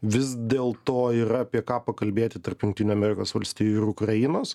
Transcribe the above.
vis dėl to yra apie ką pakalbėti tarp jungtinių amerikos valstijų ir ukrainos